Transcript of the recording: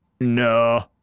No